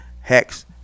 Hex